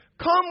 Come